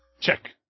Check